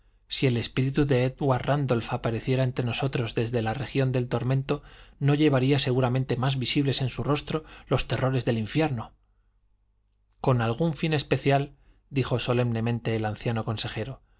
si el espíritu de édward rándolph apareciera entre nosotros desde la región del tormento no llevaría seguramente más visibles en su rostro los terrores del infierno con algún fin especial dijo solemnemente el anciano consejero